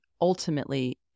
ultimately